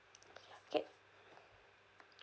okay